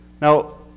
now